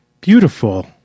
Beautiful